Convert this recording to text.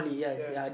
yes